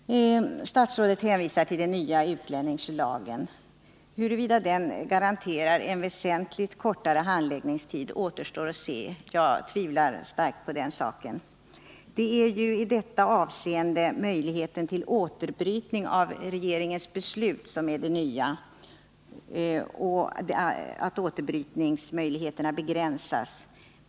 Statsrådet hänvisar till den nya utlänningslagen. Huruvida den garanterar en väsentligt kortare handläggningstid återstår att se. Jag tvivlar starkt på den saken. Det nya i detta avseende är ju att möjligheten till återbrytning av regeringens beslut begränsas.